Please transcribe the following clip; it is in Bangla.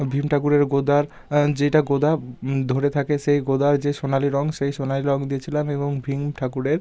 ভীম ঠাকুরের গদার যেটা গদা ধরে থাকে সেই গদার যে সোনালি রঙ সেই সোনালি রঙ দিয়েছিলাম এবং ভীম ঠাকুরের